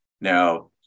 Now